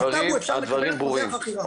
בטאבו אפשר לקבל חוזה חכירה.